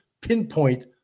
pinpoint